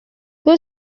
peu